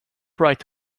right